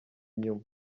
inyuma